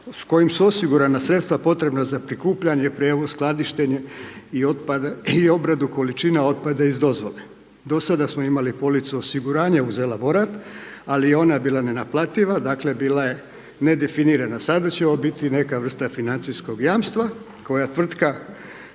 s kojim su osigurana sredstva potrebna za prikupljanje, prijevoz, skladištenje i obradu količine otpada iz dozvole. Do sada smo imali policu osiguranja uz elaborat, ali ona je bila nenaplativa, dakle, bila je nedefinirana, sada će ovo biti neka vrsta financijskog jamstva, koja tvrtka,